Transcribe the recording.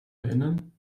erinnern